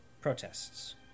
protests